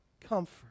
comfort